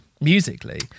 musically